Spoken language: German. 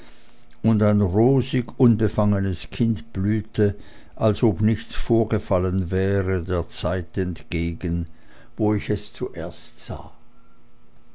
und ein rosig unbefangenes kind blühte als ob nichts vorgefallen wäre der zeit entgegen wo ich es zuerst sah